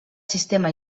sistema